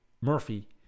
Murphy